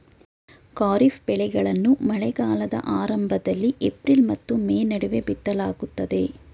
ಖಾರಿಫ್ ಬೆಳೆಗಳನ್ನು ಮಳೆಗಾಲದ ಆರಂಭದಲ್ಲಿ ಏಪ್ರಿಲ್ ಮತ್ತು ಮೇ ನಡುವೆ ಬಿತ್ತಲಾಗುತ್ತದೆ